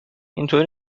اینطور